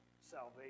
salvation